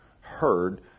heard